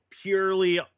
purely